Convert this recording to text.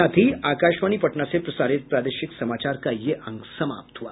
इसके साथ ही आकाशवाणी पटना से प्रसारित प्रादेशिक समाचार का ये अंक समाप्त हुआ